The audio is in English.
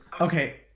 Okay